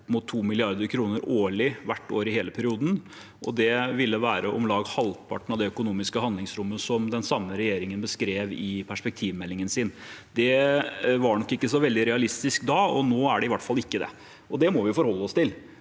mot 2 mrd. kr årlig hvert år i hele perioden, og det ville være om lag halvparten av det økonomiske handlingsrommet som den samme regjeringen beskrev i perspektivmeldingen sin. Det var nok ikke så veldig realistisk da, og nå er det i hvert fall ikke det, og det må vi forholde oss til.